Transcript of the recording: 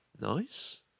Nice